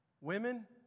Women